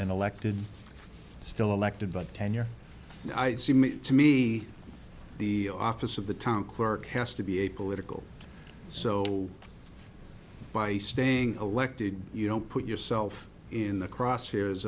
an elected still elected by tenure i seem to me the office of the town clerk has to be apolitical so by staying elected you don't put yourself in the cross